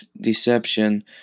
deception